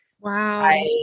Wow